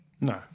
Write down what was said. No